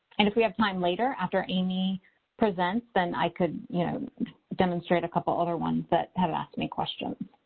and if we have time later after amy presents, then i could you know demonstrate a couple of other ones that have asked me questions.